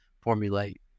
formulate